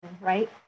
right